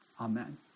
Amen